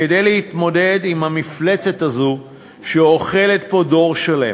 כדי להתמודד עם המפלצת הזו שאוכלת פה דור שלם.